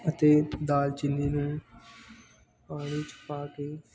ਅਤੇ ਦਾਲਚੀਨੀ ਨੂੰ ਪਾਣੀ 'ਚ ਪਾ ਕੇ